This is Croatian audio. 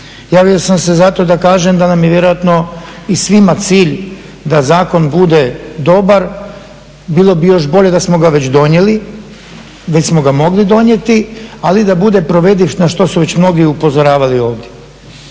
Javio sam se zato da kažem da nam je vjerojatno i svima cilj da zakon bude dobar. Bilo bi još bolje da smo ga već donijeli, već smo ga mogli donijeti ali da bude provediv na što su već mnogi upozoravali ovdje.